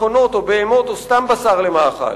מכונות או בהמות או סתם בשר למאכל.